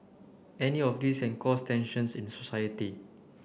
any of these can cause tensions in society